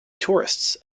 tourists